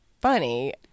funny